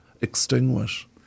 extinguish